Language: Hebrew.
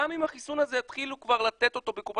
גם אם כבר יתחילו לתת את החיסון הזה בקופות